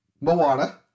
Moana